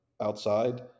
outside